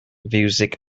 fiwsig